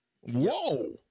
whoa